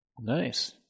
Nice